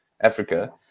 Africa